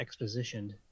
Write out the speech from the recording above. expositioned